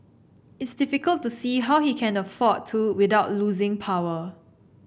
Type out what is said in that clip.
it's difficult to see how he can afford to without losing power